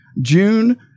June